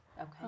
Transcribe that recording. Okay